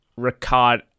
Ricard